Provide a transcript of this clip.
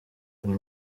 uri